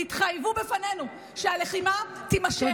יתחייבו בפנינו שהלחימה תימשך,